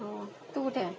हो तू कुठे आहे